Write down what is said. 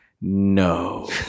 No